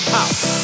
house